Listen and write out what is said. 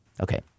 Okay